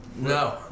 No